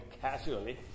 casually